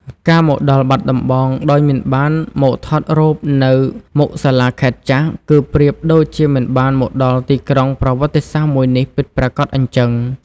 ការមកដល់បាត់ដំបងដោយមិនបានមកថតរូបភាពនៅមុខសាលាខេត្តចាស់ គឺប្រៀបដូចជាមិនបានមកដល់ទីក្រុងប្រវត្តិសាស្ត្រមួយនេះពិតប្រាកដអញ្ចឹង។